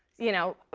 you know,